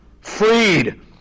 freed